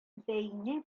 бәйнә